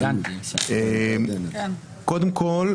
קודם כול,